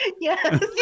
Yes